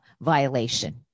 violation